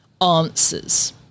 answers